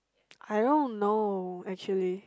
I don't know actually